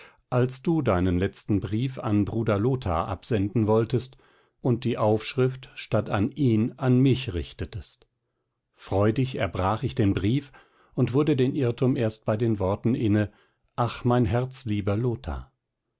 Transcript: als du deinen letzten brief an bruder lothar absenden wolltest und die aufschrift statt an ihn an mich richtetest freudig erbrach ich den brief und wurde den irrtum erst bei den worten inne ach mein herzlieber lothar